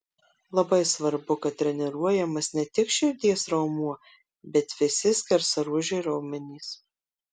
labai svarbu kad treniruojamas ne tik širdies raumuo bet visi skersaruožiai raumenys